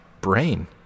brain